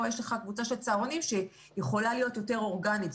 פה יש לך קבוצה של צהרונים שיכולה להיות יותר אורגנית.